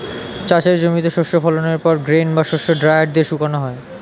চাষের জমিতে শস্য ফলনের পর গ্রেন বা শস্য ড্রায়ার দিয়ে শুকানো হয়